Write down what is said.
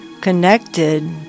connected